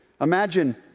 Imagine